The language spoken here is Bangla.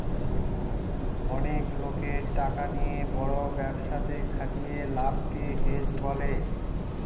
অনেক লোকের টাকা নিয়ে বড় ব্যবসাতে খাটিয়ে লাভকে হেজ বলে